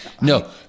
No